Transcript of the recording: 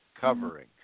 covering